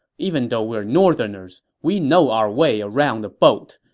even though we are northerners, we know our way around a boat.